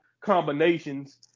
combinations